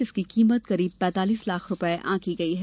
जिसकी कीमत करीब पैतालीस लाख रुपये आंकी गई है